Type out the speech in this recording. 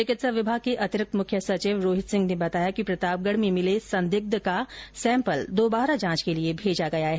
चिकित्सा विभाग के अतिरिक्त मुख्य सचिव रोहित सिंह ने बताया कि प्रतापगढ़ में मिले संदिग्ध का सैम्पल दोबारा जांच के लिए भेजा गया है